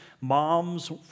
moms